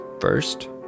First